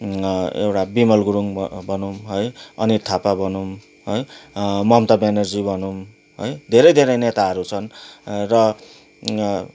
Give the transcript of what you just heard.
एउटा बिमल गुरुङ भयो भनौँ है अनित थापा भनौँ है ममता ब्यानर्जी भनौँ है धेरै धेरै नेताहरू छन् र